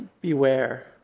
beware